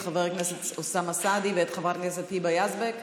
את חבר הכנסת אוסאמה סעדי ואת חברת הכנסת היבה יזבק.